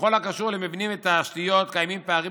כי בכל הקשור למבנים ותשתיות "קיימים פערים